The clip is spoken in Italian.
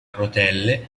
rotelle